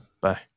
Bye